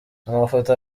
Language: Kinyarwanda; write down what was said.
amafoto